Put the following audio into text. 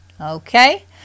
Okay